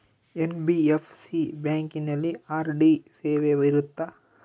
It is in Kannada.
ಎನ್.ಬಿ.ಎಫ್.ಸಿ ಬ್ಯಾಂಕಿನಲ್ಲಿ ಆರ್.ಡಿ ಸೇವೆ ಇರುತ್ತಾ?